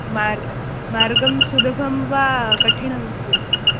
मार् मार्गं सुलभं वा कठिणमस्ति तत्र